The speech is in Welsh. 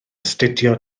astudio